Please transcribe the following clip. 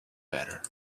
better